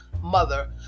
mother